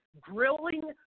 grilling